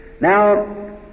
Now